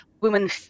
women